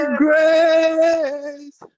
grace